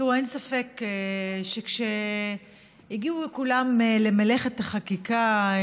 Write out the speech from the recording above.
תראו, אין ספק שכשהגיעו כולם למלאכת החקיקה,